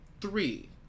three